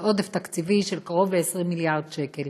זה עודף תקציבי של קרוב ל-20 מיליארד שקל.